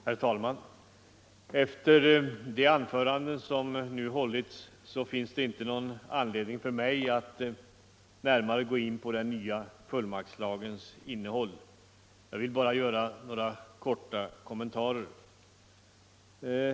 Herr talman! Efter de anföranden som nu hållits finns det ingen anledning för mig att närmare gå in på den nya fullmaktslagens innehåll. Jag vill bara göra några korta kommentarer.